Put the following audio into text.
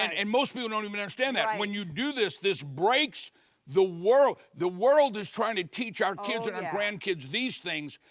and most people don't even understand that and when you do this, this breaks the world. the world is trying to teach our kids and grandkids these things.